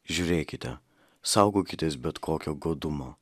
žiūrėkite saugokitės bet kokio godumo